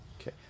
okay